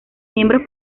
miembros